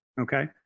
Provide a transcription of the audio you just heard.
okay